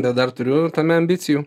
nes dar turiu tame ambicijų